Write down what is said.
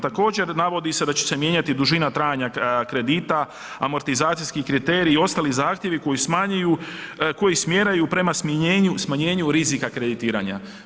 Također navodi se da će se mijenjati dužina trajanja kredita, amortizacijski kriteriji i ostali zahtjevi koji smjeraju prema smanjenju rizika kreditiranja.